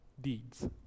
deeds